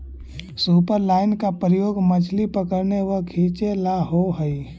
superline का प्रयोग मछली पकड़ने व खींचे ला होव हई